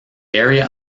area